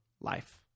life